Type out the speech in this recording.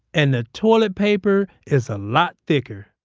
and the toilet paper is a lot thicker